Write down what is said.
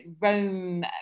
Rome